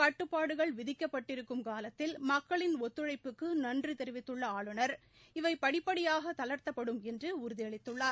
கட்டுப்பாடுகள் விதிக்கப்பட்டிருக்கும் காலத்தில் மக்களின் ஒத்துழைப்புக்கு நன்றி தெரிவித்துள்ள ஆளுநர் இவை படிப்படியாக தளர்த்தப்படும் என்று உறுதியளித்துள்ளார்